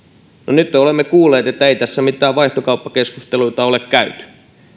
nyt me olemme kuulleet että ei tässä mitään vaihtokauppakeskusteluita ole käyty